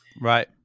right